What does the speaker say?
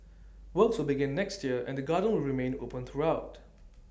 works will begin next year and the garden will remain open throughout